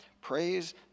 praise